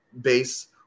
base